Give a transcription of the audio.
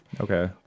okay